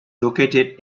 located